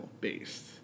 based